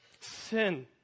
sin